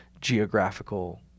geographical